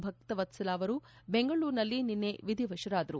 ಭಕ್ಷವತ್ತಲ ಅವರು ಬೆಂಗಳೂರಿನಲ್ಲಿ ನಿನ್ನ ವಿಧಿವಶರಾದರು